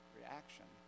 reaction